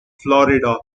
florida